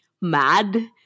mad